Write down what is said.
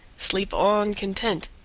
sleep on content,